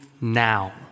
now